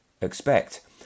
expect